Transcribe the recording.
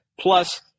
Plus